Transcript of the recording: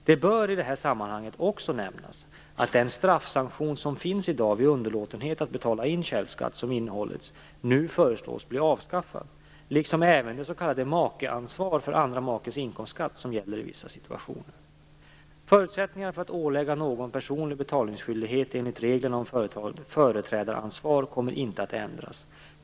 Det bör i det här sammanhanget också nämnas att den straffsanktion som finns i dag vid underlåtenhet att betala in källskatt som innehållits nu föreslås bli avskaffad, liksom även det s.k. makeansvar för andra makens inkomstskatt som gäller i vissa situationer. Förutsättningarna för att ålägga någon personlig betalningsskyldighet enligt reglerna om företrädaransvar kommer inte att ändras.